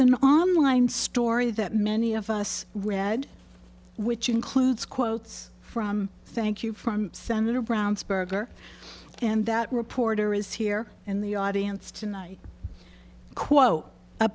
an online story that many of us read which includes quotes from thank you from senator brownsburg er and that reporter is here in the audience tonight quote a